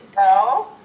Hello